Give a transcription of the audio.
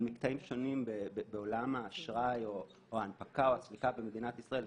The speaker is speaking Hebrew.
מקטעים שונים בעולם האשראי או ההנפקה או הצמיחה במדינת ישראל,